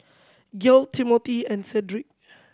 Timmothy and Cedrick